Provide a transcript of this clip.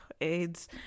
aids